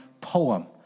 poem